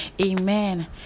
Amen